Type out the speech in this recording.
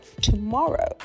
tomorrow